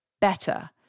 better